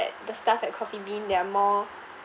the staff at coffee bean they are more